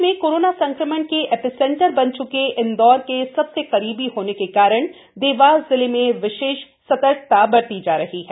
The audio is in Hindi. प्रदेश में कॅरोना संक्रमण के एपिसेंटर बन च्के इंदौर के सबसे करीबी होने के कारण देवास जिले में विशेष सतर्कता बरती जा रही हैं